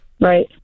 Right